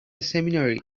seminary